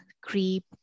creep